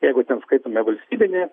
jeigu ten skaitome valstybinė